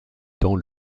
dans